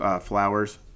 flowers